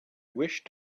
wish